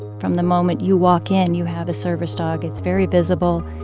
from the moment you walk in, you have a service dog. it's very visible.